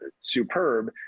superb